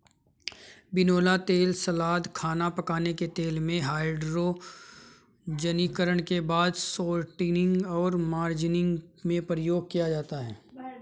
बिनौला तेल सलाद, खाना पकाने के तेल में, हाइड्रोजनीकरण के बाद शॉर्टनिंग और मार्जरीन में प्रयोग किया जाता है